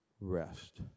rest